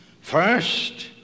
First